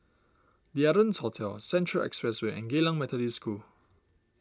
the Ardennes Hotel Central Expressway and Geylang Methodist School